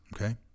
Okay